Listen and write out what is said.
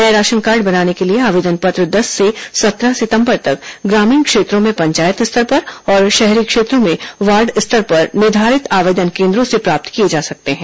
नए ration card बनाने के लिए आवेदन पत्र दस से सत्रह सितम्बर तक ग्रामीण क्षेत्रों में पंचायत स्तर पर और शहरी क्षेत्रों में वार्ड स्तर पर निर्धारित आवेदन केन्द्रों से प्राप्त किए जा सकते हैं